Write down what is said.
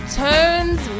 turns